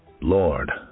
Lord